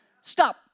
Stop